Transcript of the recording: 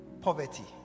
poverty